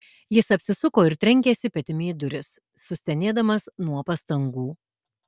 jis apsisuko ir trenkėsi petimi į duris sustenėdamas nuo pastangų